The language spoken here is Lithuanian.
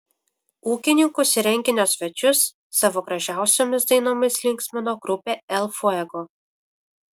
ūkininkus ir renginio svečius savo gražiausiomis dainomis linksmino grupė el fuego